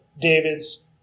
David's